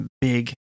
big